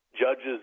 Judges